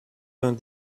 vingt